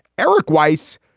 eric weiss,